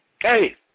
Hey